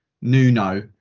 Nuno